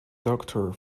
doctor